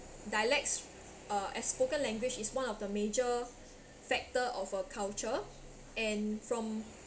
dialects uh as spoken language is one of the major factor of a culture and from